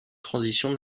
transition